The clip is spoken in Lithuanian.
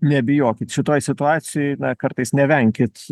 nebijokit šitoj situacijoj kartais nevenkit